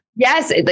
Yes